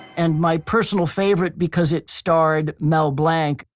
and my personal favorite because it starred mel blanc,